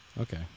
Okay